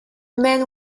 men